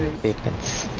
victims